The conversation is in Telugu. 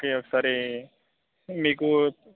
ఓకే ఒకసారి మీకు